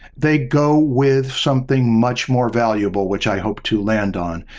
they go with something much more valuable, which i hope to land on,